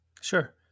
Sure